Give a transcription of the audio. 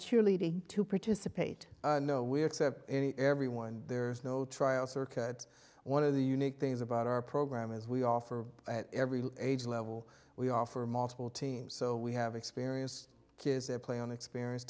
cheerleading to participate no we accept any everyone there's no trial circuits one of the unique things about our program is we offer at every age level we offer a multiple team so we have experienced kids play on experience